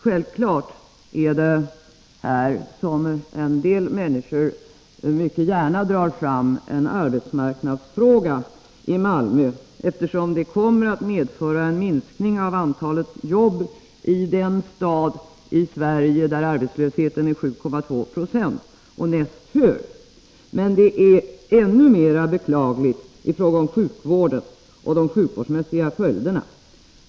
Självfallet är det här, som en del människor mycket gärna vill påpeka, en arbetsmarknadsfråga, eftersom det kommer att medföra en minskning av antalet jobb i den stad i Sverige där arbetslösheten är 7,2 90 — näst störst. Det är ännu mer beklagligt i fråga om sjukvården och de sjukvårdsmässiga följderna.